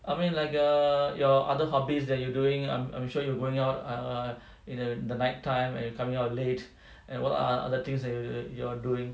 I mean like err your other hobbies that you doing I'm I'm sure you going out err in the night time and coming out late and what are other things that you you're doing